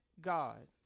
God